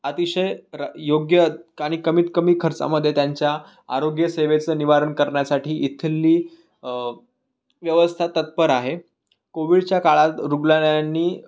अतिशय र योग्य आणि कमीतकमी खर्चामध्ये त्यांच्या आरोग्य सेवेचं निवारण करण्यासाठी येथील व्यवस्था तत्पर आहे कोविडच्या काळात रुग्णालयांनी